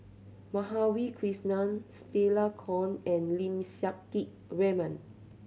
Madhavi Krishnan Stella Kon and Lim Siang Keat Raymond